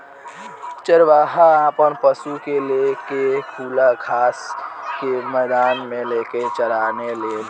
चरवाहा आपन पशु के ले के खुला घास के मैदान मे लेके चराने लेन